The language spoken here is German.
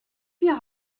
wir